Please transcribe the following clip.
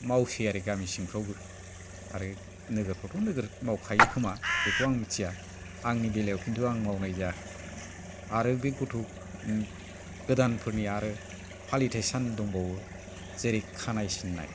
मावसै आरो गामि सिंफोरावबो आरो नोगोरफोरावथ' नोगोर मावखायो खोमा बेखौ आं मिन्थिया आंनि बेलायाव खिन्थु आं मावनाय जायाखै आरो बे गथ' गोदानफोरनि आरो फालिथाय सान दंबावो जेरै खानाइ सिन्नाय